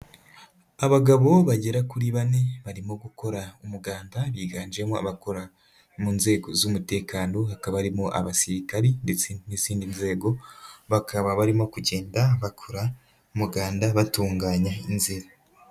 Abagabo bagera kuri bane barimo gukora umuganda, biganjemo abakora mu nzego z'umutekano, hakaba barimo abasirikari ndetse n'izindi nzego, bakaba barimo kugenda bakora umuganda batunganya inzira.